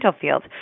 field